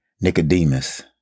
Nicodemus